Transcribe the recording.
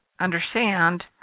understand